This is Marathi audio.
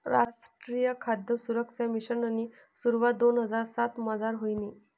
रासट्रीय खाद सुरक्सा मिशननी सुरवात दोन हजार सातमझार व्हयनी